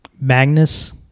Magnus